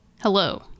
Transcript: Hello